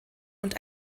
und